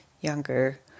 younger